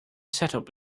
setup